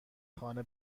خانه